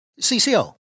CCO